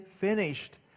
finished